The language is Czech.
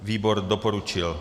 Výbor doporučil.